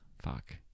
Fuck